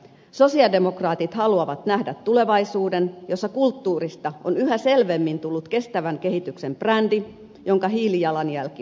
sosialidemokraatit haluavat nähdä tulevaisuuden jossa kulttuurista on yhä selvemmin tullut kestävän kehityksen brändi jonka hiilijalanjälki on pieni